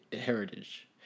heritage